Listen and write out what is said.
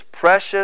precious